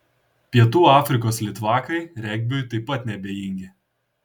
pietų afrikos litvakai regbiui taip pat neabejingi